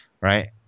right